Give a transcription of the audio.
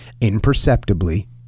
imperceptibly